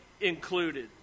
included